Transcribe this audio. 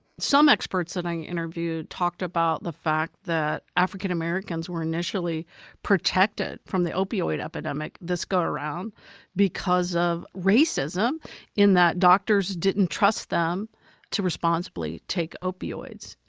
some experts that i interviewed talked about the fact that african americans were initially protected from the opioid epidemic. this got around because of racism in that doctors didn't trust them to responsibly take opioids,